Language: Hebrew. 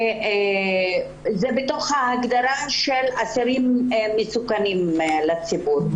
זה בתוך הגדרת אסירים מסוכנים לציבור.